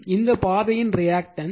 இது இந்த பாதையின் ரியாக்டன்ஸ்